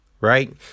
Right